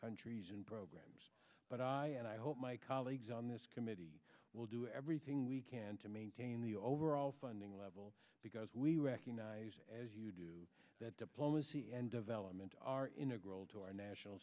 countries and programs but i and i hope my colleagues on this committee will do everything we can to maintain the overall funding level because we recognize as you do that diplomacy and development are integral to our national